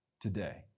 today